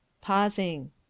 Pausing